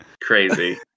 Crazy